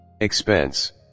Expense